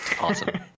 Awesome